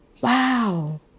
Wow